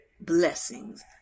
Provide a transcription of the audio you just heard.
blessings